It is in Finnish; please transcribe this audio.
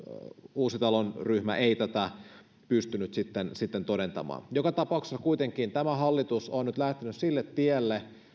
uusitalon ryhmä ei tätä pystynyt sitten sitten todentamaan joka tapauksessa kuitenkin tämä hallitus on nyt lähtenyt sille tielle